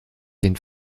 den